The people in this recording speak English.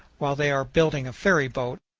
while they are building a ferryboat,